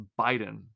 biden